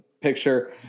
picture